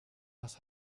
was